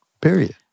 period